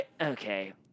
Okay